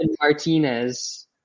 Martinez